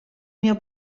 mio